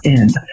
end